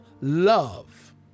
love